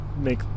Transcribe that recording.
make